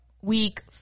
week